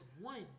one